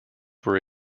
were